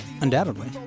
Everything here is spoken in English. Undoubtedly